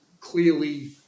Clearly